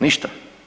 Ništa.